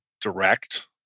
direct